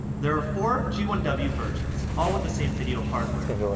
there are four g one w versions all with the same video hardware.